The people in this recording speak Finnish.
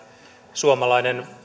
suomalainen